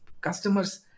customers